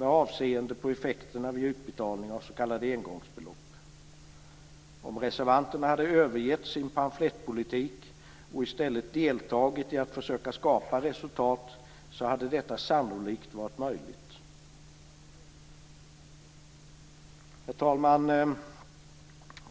avseende effekterna vid utbetalning av s.k. engångsbelopp. Om reservanterna hade övergett sin pamflettpolitik och i stället deltagit i att försöka att skapa resultat hade detta sannolikt varit möjligt. Herr talman!